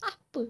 apa